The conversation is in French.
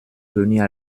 venir